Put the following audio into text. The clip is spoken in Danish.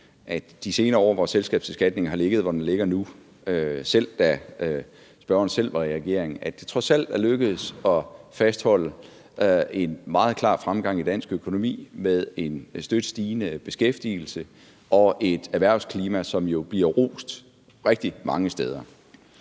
at i de senere år, hvor selskabsskatten har ligget, hvor den ligger nu – selv da spørgerens parti var i regering – er det trods alt lykkedes at fastholde en meget klar fremgang i dansk økonomi med en støt stigende beskæftigelse og et erhvervsklima, som bliver rost rigtig mange steder.